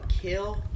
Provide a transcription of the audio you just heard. kill